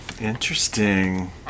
Interesting